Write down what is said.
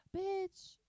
bitch